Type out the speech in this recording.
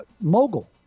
Mogul